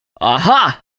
Aha